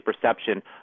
perception